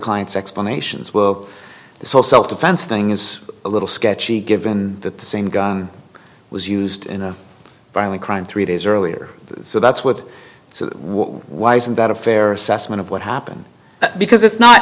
clients explanations were so self defense thing is a little sketchy given that the same gun was used in a violent crime three days earlier so that's what so why isn't that a fair assessment of what happened because it's not